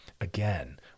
again